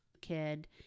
kid